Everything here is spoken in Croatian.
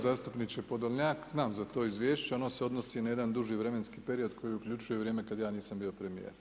Zastupniče Podolnjak, znam za to izvješće, ono se odnosi na jedan duži vremenski period koji uključuje vrijeme kada ja nisam bio premijer.